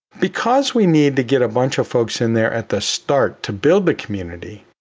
because we need to get a bunch of folks in there at the start to build the community.